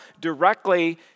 directly